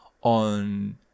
on